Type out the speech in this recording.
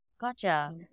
Gotcha